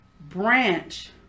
branch